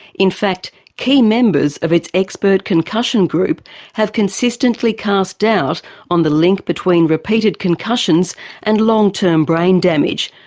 in fact key members of its expert concussion group have consistently cast doubt on the link between repeated concussions and long-term brain damage,